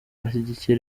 ashyigikiye